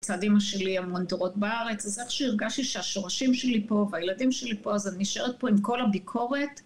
צד אמא שלי המון דורות בארץ, אז איך שהרגשתי שהשורשים שלי פה והילדים שלי פה, אז אני נשארת פה עם כל הביקורת.